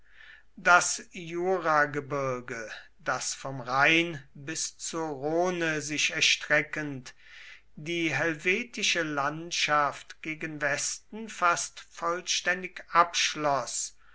das juragebirge das vom rhein bis zur rhone sich erstreckend die helvetische landschaft gegen westen fast vollständig abschloß